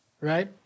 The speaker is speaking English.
right